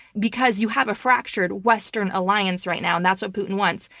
because you have a fractured western alliance right now, and that's what putin wants.